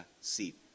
seat